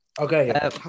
okay